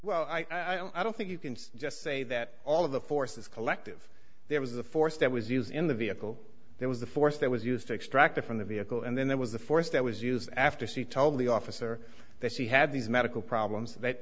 well i don't think you can just say that all of the force is collective there was a force that was used in the vehicle there was the force that was used to extract it from the vehicle and then there was the force that was used after she told the officer that she had these medical problems that